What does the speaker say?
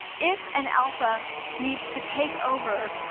if an alpha needs to take over,